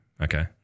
Okay